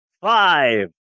five